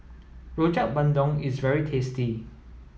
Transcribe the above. Rojak Bandung is very tasty